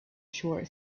short